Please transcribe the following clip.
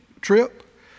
trip